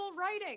writing